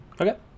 Okay